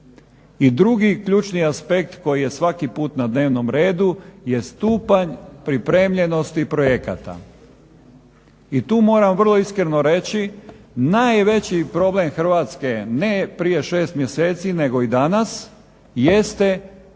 I drugi ključni aspekt koji je svaki put na dnevnom redu, je stupanj pripremljenosti projekata. I tu moramo vrlo iskreno reći, najveći problem Hrvatske, ne prije 6 mjeseci, nego i danas jeste stupanj